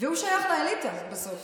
והוא שייך לאליטה בסוף,